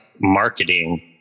marketing